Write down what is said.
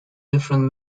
different